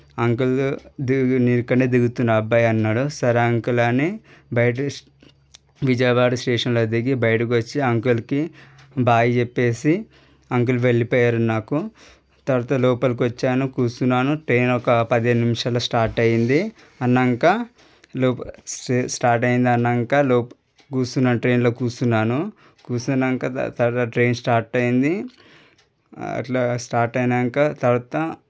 uncle దిగు నేను ఇక్కడ దిగుతున్నాను అబ్బాయి అన్నాడు సరే అంకుల్ అని బయట విజయవాడ స్టేషన్లో దిగి బయటకు వచ్చి ఆ అంకుల్కి బాయ్ చెప్పి అంకుల్ వెళ్ళిపోయారు నాకు తర్వాత లోపలికి వచ్చాను కూర్చున్నాను ట్రైన్ ఒక పదిహేను నిమిషాలలో స్టార్ట్ అయింది అయినాక లోపల స్టార్ట్ అయ్యింది అయినాక లోపల కూర్చున్నాను ట్రైన్లో కూర్చున్నాను కుర్చునాక తర్వాత ట్రైన్ స్టార్ట్ అయింది అట్లా స్టార్ట్ అయినాక తర్వాత